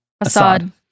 Assad